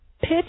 pitch